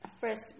first